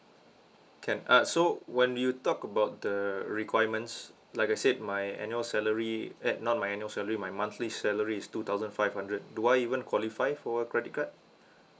can uh so when you talk about the requirements like I said my annual salary eh not my annual salary my monthly salary is two thousand five hundred do I even qualify for a credit card